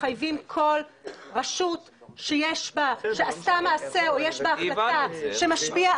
מחייבים כל רשות שעשתה מעשה או יש בה החלטה שמשפיעה